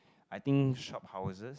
I think shophouses